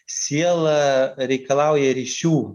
siela reikalauja ryšių